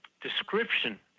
description